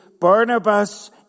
Barnabas